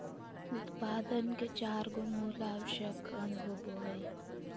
उत्पादन के चार गो मूल आवश्यक अंग होबो हइ